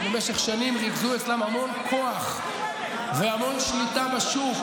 שבמשך שנים ריכזו אצלם המון כוח והמון שליטה בשוק,